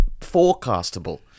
forecastable